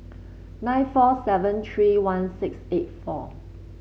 nine four seven three one six eight four